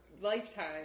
lifetime